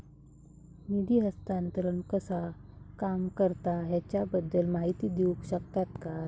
निधी हस्तांतरण कसा काम करता ह्याच्या बद्दल माहिती दिउक शकतात काय?